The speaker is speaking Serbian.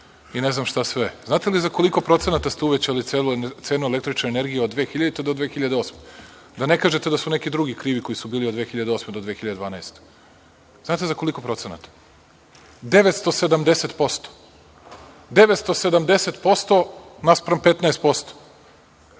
i ne znam šta sve. Znate li za koliko procenat ste uvećali cenu električne energije od 2000. do 2008. godine, da ne kažete da su neki drugi krivi koji su bili od 2008. do 2012. godine? Znate li za koliko procenata? Dakle, 970% naspram 15%